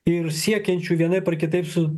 ir siekiančių vienaip ar kitaip su